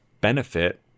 benefit